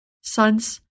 Sons